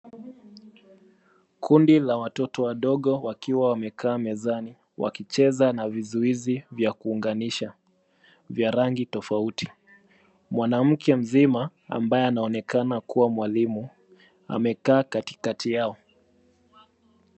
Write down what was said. Kundi la watoto wadogo wakiwa wamekaa mezani wakicheza na vizuizi vya kuunganisha vya rangi tofauti. Mwanamke mzima ambaye anaonekana kuwa mwalimu amekaa katikati yao.